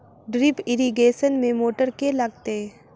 Drip irrigation मे motor केँ लागतै?